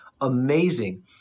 amazing